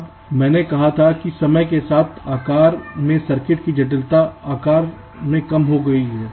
अब मैंने कहा था कि समय के साथ आकार में सर्किट की जटिलता आकार में कम हो गई है